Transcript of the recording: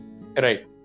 Right